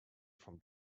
from